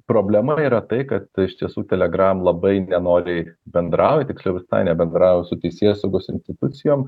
problema yra tai kad iš tiesų telegram labai nenoriai bendrauja tiksliau visai nebendravo su teisėsaugos institucijom